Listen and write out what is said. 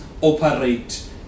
operate